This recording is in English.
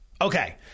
Okay